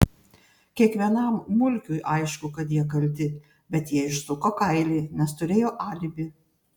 kiekvienam mulkiui aišku kad jie kalti bet jie išsuko kailį nes turėjo alibi